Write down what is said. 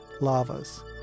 lavas